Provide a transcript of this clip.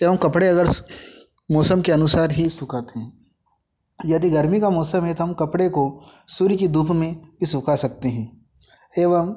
एवं कपड़े अगर मौसम के अनुसार ही सुखाते हैं यदि गर्मी का मौसम है तो हम कपड़े को सूर्य की धूप में भी सुखा सकते हैं एवं